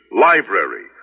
library